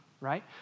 right